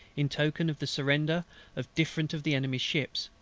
in token of the surrender of different of the enemy's ships.